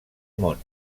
món